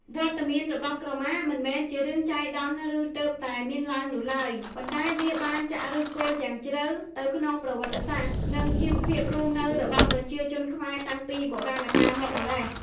វត្តមានរបស់ក្រមាមិនមែនជារឿងចៃដន្យ ឬទើបតែមានឡើងនោះទេ ប៉ុន្តែវាបានចាក់ឫសគល់យ៉ាងជ្រៅទៅក្នុងប្រវត្តិសាស្ត្រ និងជីវភាពរស់នៅរបស់ប្រជាជនខ្មែរតាំងពីបុរាណកាលមកម្ល៉េះ។